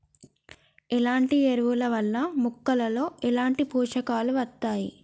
ఎట్లాంటి ఎరువుల వల్ల మొక్కలలో ఎట్లాంటి పోషకాలు వత్తయ్?